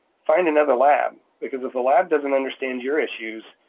find another lab, because if the lab doesn't understand your issues,